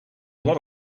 lot